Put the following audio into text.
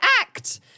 act